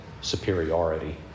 superiority